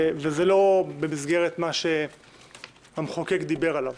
וזה לא במסגרת מה שהמחוקק דיבר עליו.